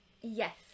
Yes